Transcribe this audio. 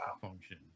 function